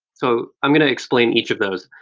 so i'm going to explain each of those.